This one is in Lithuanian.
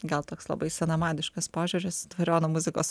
gal toks labai senamadiškas požiūris dvariono muzikos